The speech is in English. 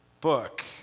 book